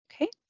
Okay